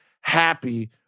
happy